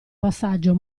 passaggio